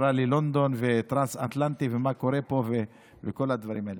התקשרה ללונדון וטרנס-אטלנטי ומה קורה פה וכל הדברים האלה.